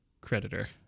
creditor